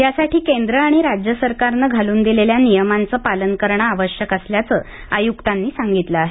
यासाठी केंद्र आणि राज्य सरकारनं घालून दिलेल्या नियमांचे पालन करणं आवश्यक असल्याचं आयुक्तांनी सांगितलं आहे